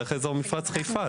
דרך מפרץ חיפה,